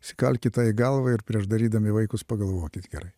įsikalkit tą į galvą ir prieš darydami vaikus pagalvokit gerai